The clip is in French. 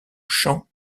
champ